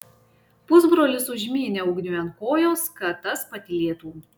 pusbrolis užmynė ugniui ant kojos kad tas patylėtų